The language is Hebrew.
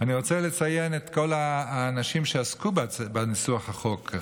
אני רוצה לציין את כל האנשים שעסקו בניסוח החוק.